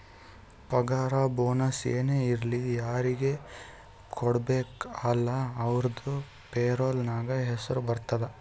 ಪಗಾರ ಬೋನಸ್ ಏನೇ ಇರ್ಲಿ ಯಾರಿಗ ಕೊಡ್ಬೇಕ ಅಲ್ಲಾ ಅವ್ರದು ಪೇರೋಲ್ ನಾಗ್ ಹೆಸುರ್ ಇರ್ತುದ್